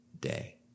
day